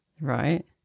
Right